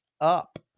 up